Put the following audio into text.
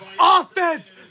Offense